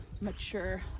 mature